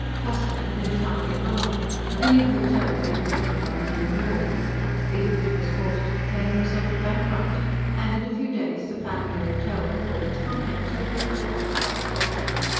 custom had entirely gone a new hotel had been erected on the new road beamish was forced to declare himself a bankrupt and in a few days the family hotel, with all its contents, would be put up at public auction.